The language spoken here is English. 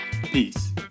Peace